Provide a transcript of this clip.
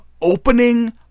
opening